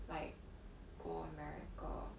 like go america